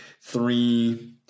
three